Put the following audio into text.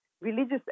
religious